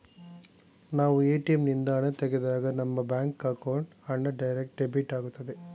ನಾವು ಎ.ಟಿ.ಎಂ ನಿಂದ ಹಣ ತೆಗೆದಾಗ ನಮ್ಮ ಬ್ಯಾಂಕ್ ಅಕೌಂಟ್ ಹಣ ಡೈರೆಕ್ಟ್ ಡೆಬಿಟ್ ಆಗುತ್ತದೆ